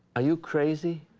are you crazy?